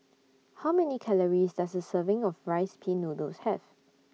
How Many Calories Does A Serving of Rice Pin Noodles Have